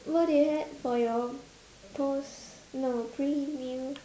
what did you had for your post no pre meal